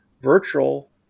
virtual